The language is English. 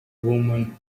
women